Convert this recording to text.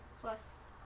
plus